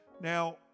Now